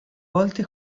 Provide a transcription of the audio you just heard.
volte